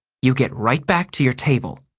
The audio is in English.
you get right back to your table.